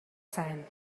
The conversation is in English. sand